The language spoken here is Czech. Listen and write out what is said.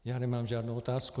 Já nemám žádnou otázku.